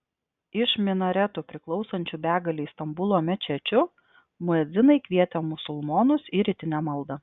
iš minaretų priklausančių begalei stambulo mečečių muedzinai kvietė musulmonus į rytinę maldą